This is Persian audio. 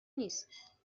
نیست